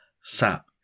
sap